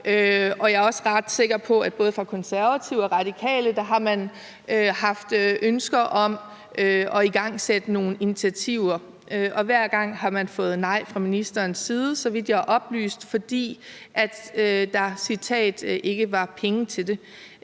og jeg er også ret sikker på, at man både fra Konservative og Radikales side har haft ønsker om at igangsætte nogle initiativer, og hver gang har man, så vidt jeg er oplyst, fået nej fra ministerens side, fordi der, citat, ikke var penge til det.